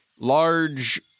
large